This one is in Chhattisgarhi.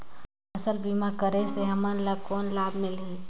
फसल बीमा करे से हमन ला कौन लाभ मिलही?